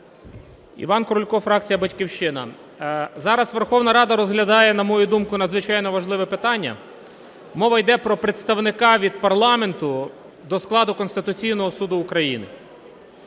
Іван Крулько, фракція "Батьківщина". Зараз Верховна Рада розглядає, на мою думку, надзвичайно важливе питання. Мова йде про представника від парламенту до складу Конституційного Суду України.